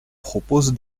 propose